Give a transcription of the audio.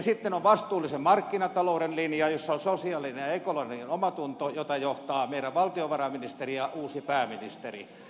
sitten on vastuullisen markkinatalouden linja jossa on sosiaalinen ja ekologinen omatunto jota johtavat meidän valtiovarainministerimme ja uusi pääministerimme